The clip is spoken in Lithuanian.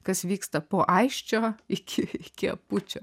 kas vyksta po aisčio iki iki apučio